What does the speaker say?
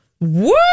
Woo